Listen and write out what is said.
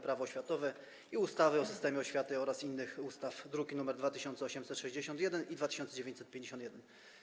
Prawo oświatowe i ustawy o systemie oświaty oraz innych ustaw, druki nr 2861 i 2951.